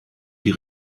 die